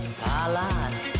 palace